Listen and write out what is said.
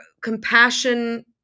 compassion